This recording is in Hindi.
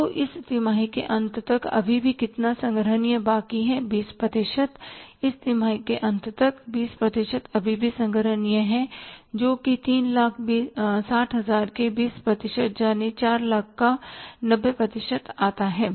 तो इस तिमाही के अंत तक अभी भी कितना संग्रहणीय बाकी है 20 प्रतिशत इस तिमाही के अंत तक 20 प्रतिशत अभी भी संग्रहणीय है जो कि 360000 के 20 प्रतिशत यानी 400000 का 90 प्रतिशत आता है